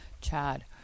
Chad